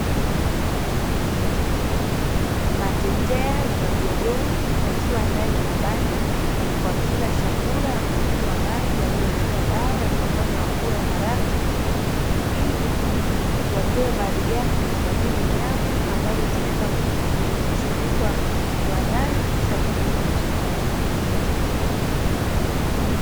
Matetea na majogoo wakiwa ndani ya banda, wakila chakula na kunywa maji yaliyowekewa dawa ya kuwafanya wakue haraka ili watoe malighafi kama vile nyama, ambazo zitaenda kusindikwa viwandani kisha kuuzwa masokoni.